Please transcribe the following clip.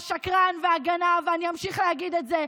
השקרן והגנב, ואני אמשיך להגיד את זה,